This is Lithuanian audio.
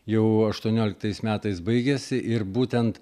jau aštuonioliktais metais baigėsi ir būtent